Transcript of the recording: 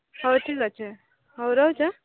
ହଉ ଠିକ୍ ଅଛି ହଉ ରହୁଛି ହାଁ